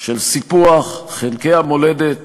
של סיפוח חלקי המולדת